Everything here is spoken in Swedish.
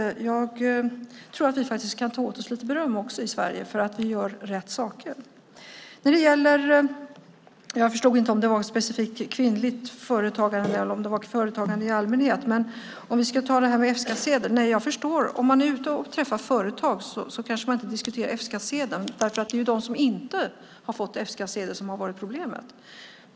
Jag tror att vi faktiskt kan ta åt oss lite beröm också i Sverige för att vi gör rätt saker. Jag förstod inte om det var specifikt kvinnligt företagande eller om det var företagande i allmänhet. Jag förstår att om man är ute och träffar företag kanske man inte diskuterar F-skattsedeln. Det är ju de som inte har fått F-skattsedel som har varit problemet.